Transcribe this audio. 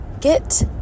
get